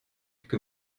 que